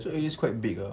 so it's quite big ah